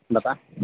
بتا